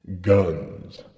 guns